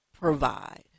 provide